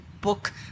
book